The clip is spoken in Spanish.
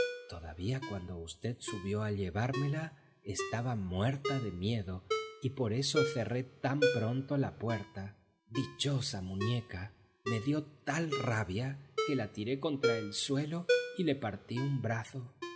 todavía cuando v subió a llevármela estaba muerta de miedo y por eso cerré tan pronto la puerta dichosa muñeca me dio tal rabia que la tiré contra el suelo y la partí un brazo